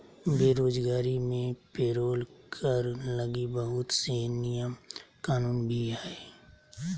बेरोजगारी मे पेरोल कर लगी बहुत से नियम कानून भी हय